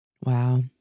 Wow